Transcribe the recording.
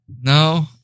No